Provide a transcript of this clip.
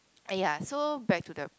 uh ya so back to the